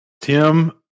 Tim